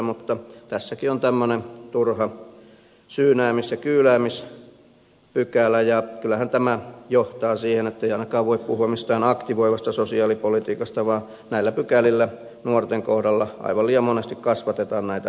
mutta tässäkin on tämmöinen turha syynäämis ja kyyläämispykälä ja kyllähän tämä johtaa siihen ettei ainakaan voi puhua mistään aktivoivasta sosiaalipolitiikasta vaan näillä pykälillä nuorten kohdalla aivan liian monesti kasvatetaan näitä peräkammarin poikia